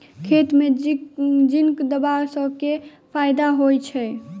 खेत मे जिंक देबा सँ केँ फायदा होइ छैय?